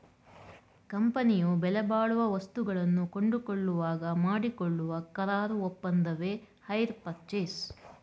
ಕಂಪನಿಯು ಬೆಲೆಬಾಳುವ ವಸ್ತುಗಳನ್ನು ಕೊಂಡುಕೊಳ್ಳುವಾಗ ಮಾಡಿಕೊಳ್ಳುವ ಕರಾರು ಒಪ್ಪಂದವೆ ಹೈರ್ ಪರ್ಚೇಸ್